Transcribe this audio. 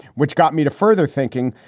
which got me to further thinking,